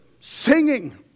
singing